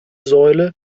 säule